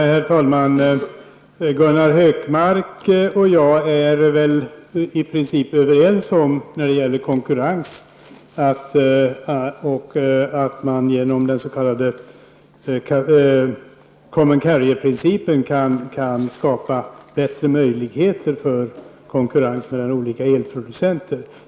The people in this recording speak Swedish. Herr talman! Gunnar Hökmark och jag är i princip överens om konkurrensen och att man genom den s.k. common carrier-principen kan skapa bättre möjligheter för konkurrens mellan olika elproducenter.